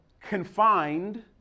confined